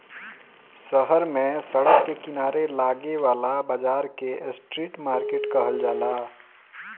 शहर में सड़क के किनारे लागे वाला बाजार के स्ट्रीट मार्किट कहल जाला